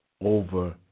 over